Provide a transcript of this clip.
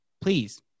Please